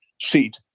seat